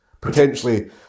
potentially